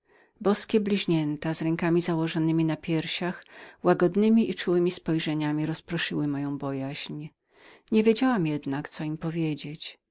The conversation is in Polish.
boskie bliźnięta z rękami założonemi na piersiach łagodnemi i czułemi spojrzeniami rozproszyły moją bojaźń nie wiedziałam jednak co im powiedzieć